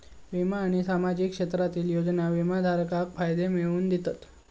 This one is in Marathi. विमा आणि सार्वजनिक क्षेत्रातले योजना विमाधारकाक फायदे मिळवन दितत